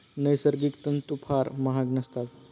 नैसर्गिक तंतू फार महाग नसतात